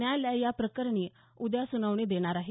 न्यायालय या प्रकरणी उद्या सुनावणी घेणार आहे